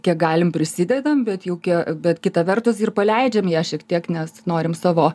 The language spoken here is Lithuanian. kiek galim prisidedam bet jau kie bet kita vertus ir paleidžiam ją šiek tiek nes norim savo